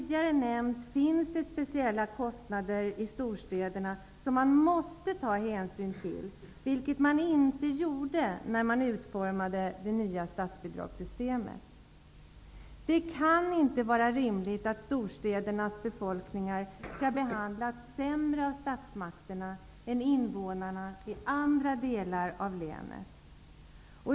Det finns speciella kostnader i storstäderna som det måste tas hänsyn till. Det skedde inte när det nya statsbidragssystemet utformades. Det kan inte vara rimligt att storstädernas invånare skall behandlas sämre av statsmakterna än invånarna i andra delar av länet.